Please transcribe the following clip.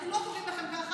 אנחנו לא קוראים לכם ככה.